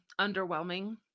underwhelming